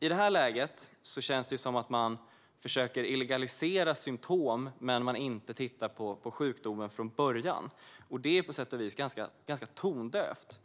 I det här läget känns det som att man försöker illegalisera symtom men inte tittar på sjukdomen från början. Det är på sätt och vis ganska tondövt.